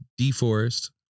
deforest